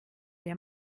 der